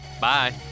Bye